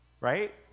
right